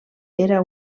era